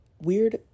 weird